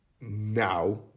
now